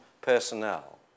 personnel